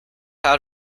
out